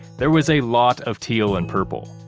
there was a lot of teal and purple.